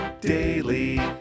daily